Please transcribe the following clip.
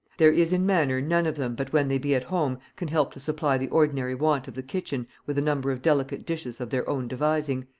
there is in manner none of them but when they be at home can help to supply the ordinary want of the kitchen with a number of delicate dishes of their own devising,